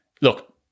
look